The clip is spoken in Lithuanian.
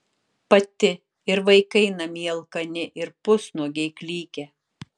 pati ir vaikai namie alkani ir pusnuogiai klykia